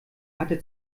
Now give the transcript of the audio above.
hatte